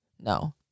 no